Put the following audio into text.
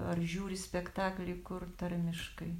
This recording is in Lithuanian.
ar žiūri spektaklį kur tarmiškai